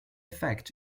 effect